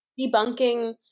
debunking